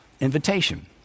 invitation